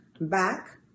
back